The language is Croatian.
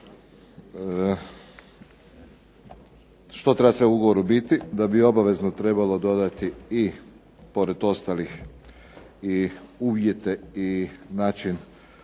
što treba sve u ugovoru biti, da bi obavezno trebalo dodati i pored ostalih i uvjete i način